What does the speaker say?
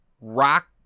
rock